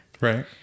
Right